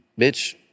bitch